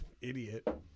idiot